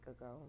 ago